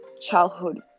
childhood